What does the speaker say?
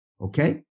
okay